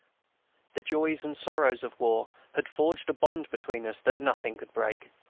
the joys and sorrows of war had forged a bond between us that nothing could break.